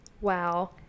wow